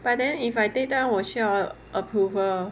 but then if I daytime 我需要 approval